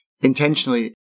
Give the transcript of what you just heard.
intentionally